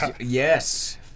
yes